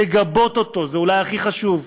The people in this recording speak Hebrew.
לגבות אותו זה אולי הכי חשוב,